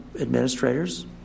administrators